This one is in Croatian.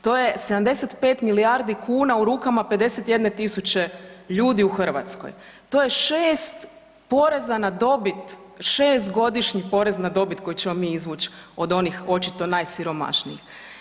To je 75 milijardi kuna u rukama 51.000 ljudi u Hrvatskoj, to je šest poreza na dobit šest godišnji porez na dobit koji ćemo mi izvuć od onih očito najsiromašnijih.